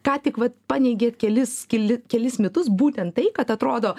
ką tik vat paneigėt kelis keli kelis mitus būtent tai kad atrodo